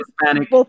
Hispanic